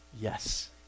Yes